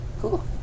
Cool